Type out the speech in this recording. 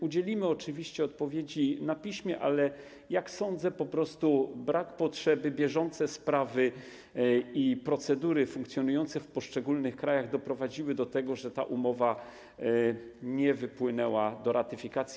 Udzielimy oczywiście odpowiedzi na piśmie, ale jak sądzę, po prostu brak potrzeby, bieżące sprawy i procedury funkcjonujące w poszczególnych krajach doprowadziły do tego, że ta umowa nie wypłynęła do ratyfikacji.